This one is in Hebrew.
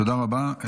תודה רבה.